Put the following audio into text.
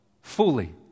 fully